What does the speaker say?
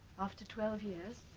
after twelve years